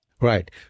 Right